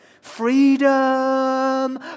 Freedom